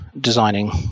designing